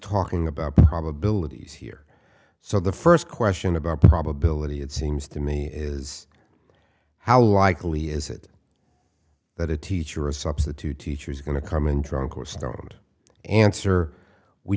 talking about probabilities here so the first question about probability it seems to me is how likely is it that a teacher a substitute teacher is going to come in drunk or stoned answer we